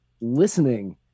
listening